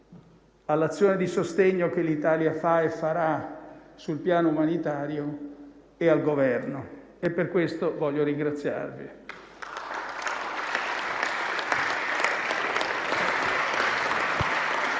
all'azione di sostegno che l'Italia fa e farà sul piano umanitario e al Governo. E per questo voglio ringraziarvi.